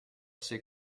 ces